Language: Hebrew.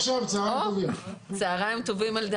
צוהריים טובים.